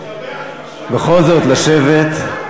בכל זאת לשבת.